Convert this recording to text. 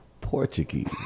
Portuguese